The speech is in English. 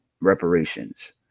Reparations